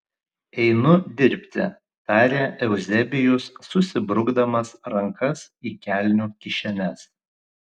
einu dirbti tarė euzebijus susibrukdamas rankas į kelnių kišenes